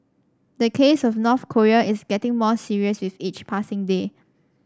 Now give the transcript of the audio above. the case of North Korea is getting more serious with each passing day